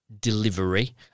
delivery